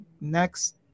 next